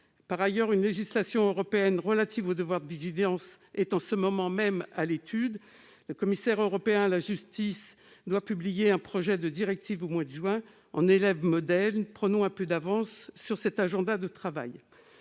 En outre, une législation européenne relative au devoir de vigilance est en ce moment même à l'étude. Le commissaire européen à la justice doit publier un projet de directive au mois de juin prochain. En élèves modèles, prenons un peu d'avance sur cet agenda de travail.